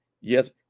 Yes